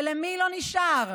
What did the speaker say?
ולמי לא נשאר?